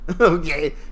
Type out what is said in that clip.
Okay